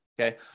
Okay